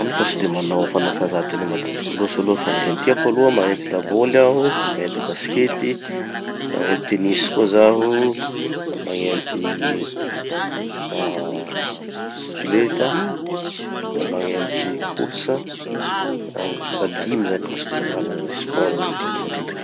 Zaho nefa tsy de manao fanatanjahantena matetiky loatsy aloha fa gny hentiako aloha, magnenty laboly aho, magnenty baskety, magnenty tennis koa zaho, da magnenty ah bisikileta, da magnenty course. Ah, dimy zany gn'azoko zakana hoe sports hentiako matetiky.